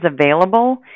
available